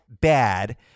bad